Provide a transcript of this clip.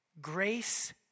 Grace